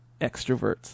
extroverts